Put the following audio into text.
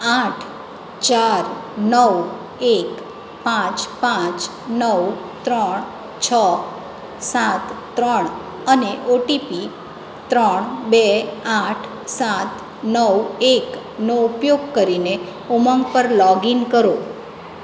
આઠ ચાર નવ એક પાંચ પાંચ નવ ત્રણ છ સાત ત્રણ અને ઓટીપી ત્રણ બે આઠ સાત નવ એકનો ઉપયોગ કરીને ઉમંગ પર લોગઇન કરો